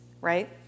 right